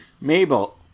Mabel